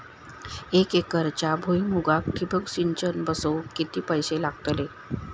एक एकरच्या भुईमुगाक ठिबक सिंचन बसवूक किती पैशे लागतले?